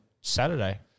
Saturday